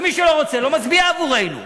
ומי שלא רוצה, לא מצביע עבורנו.